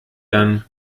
dann